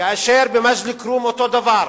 כאשר במג'ד-אל-כרום, אותו דבר.